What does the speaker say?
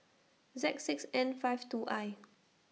Z six N five two I